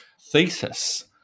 thesis